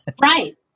right